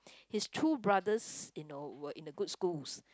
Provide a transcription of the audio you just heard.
his two brothers you know were in the good schools